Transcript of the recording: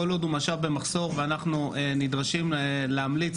כל עוד הוא משאב במחסור ואנחנו נדרשים להמליץ